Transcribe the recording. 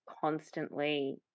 constantly